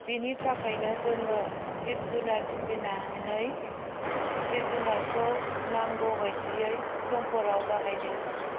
बिनि थाखायनो जोङो जिब जुनार फिसिनानै जिब जुनारखौ नांगौ बायदियै समफोराव बाहायनो हायो